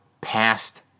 past